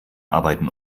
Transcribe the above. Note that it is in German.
arbeiten